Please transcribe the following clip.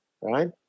right